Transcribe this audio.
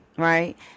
Right